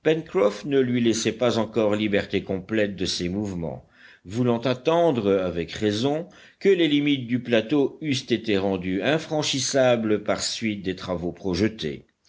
ne lui laissait pas encore liberté complète de ses mouvements voulant attendre avec raison que les limites du plateau eussent été rendues infranchissables par suite des travaux projetés